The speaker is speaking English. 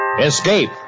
Escape